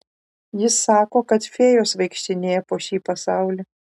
jis sako kad fėjos vaikštinėja po šį pasaulį